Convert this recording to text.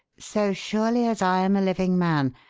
so surely as i am a living man.